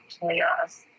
chaos